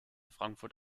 frankfurt